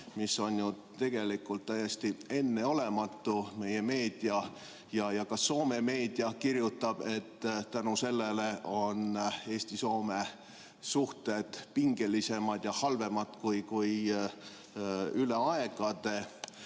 See on ju tegelikult täiesti enneolematu. Meie meedia ja ka Soome meedia kirjutab, et selle tõttu on Eesti-Soome suhted pingelisemad ja halvemad üle aegade.